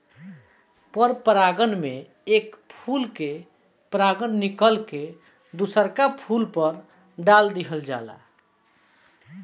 पर परागण में एक फूल के परागण निकल के दुसरका फूल पर दाल दीहल जाला